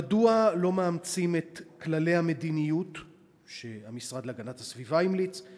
1. מדוע לא מאמצים את כללי המדיניות שהמשרד להגנת הסביבה המליץ עליהם?